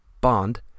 Bond